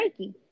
Reiki